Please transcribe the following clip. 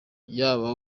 yaba